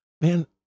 Man